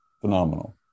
Phenomenal